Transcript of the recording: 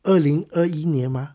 二零二一年吗